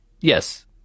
Yes